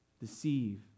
deceive